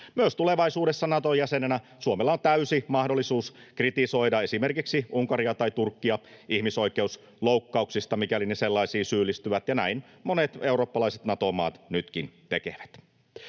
Myös tulevaisuudessa Suomella Nato-jäsenenä on täysi mahdollisuus kritisoida esimerkiksi Unkaria tai Turkkia ihmisoikeusloukkauksista, mikäli ne sellaisiin syyllistyvät, ja näin monet eurooppalaiset Nato-maat nytkin tekevät.